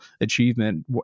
achievement